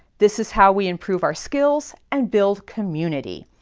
this is how we improve our skills and build community.